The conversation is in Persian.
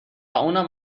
اونم